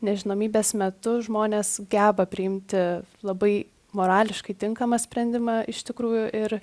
nežinomybės metu žmonės geba priimti labai morališkai tinkamą sprendimą iš tikrųjų ir